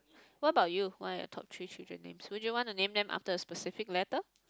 what about you what are your top three children names would you want to name them after a specific letter